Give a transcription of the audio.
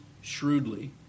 shrewdly